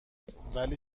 ولی